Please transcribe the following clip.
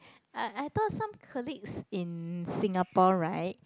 I I thought some colleagues in Singapore right